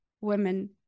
women